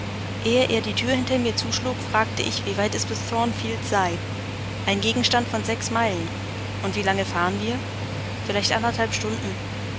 ehe er die thür hinter mir zuschlug fragte ich wie weit es bis thornfield sei ein gegenstand von sechs meilen und wie lange fahren wir vielleicht anderthalb stunden